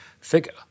figure